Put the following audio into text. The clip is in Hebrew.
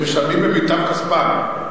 הם משלמים במיטב כספם,